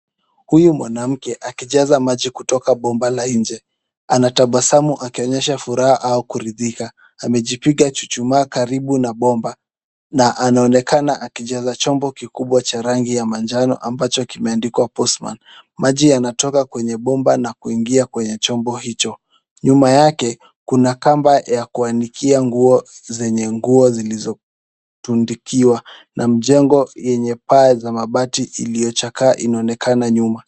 Huyu mwanamke akijaza maji kutoka bomba la nje. Anatabasamu akionyesha furaha au kuridhika. Amejipiga chuchuma karibu na bomba. Na anaonekana akijaza chombo kikubwa cha rangi ya manjano ambacho kimeandikwa postman . Maji yanatoka kwenye bomba na kuingia kwenye chombo hicho. Nyuma yake kuna kamba ya kuanikia nguo, zenye nguo zilizotundikiwa. Na mjengo lenye paa la mabati iliyochakaa inaonekana nyuma.